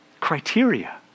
criteria